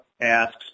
asks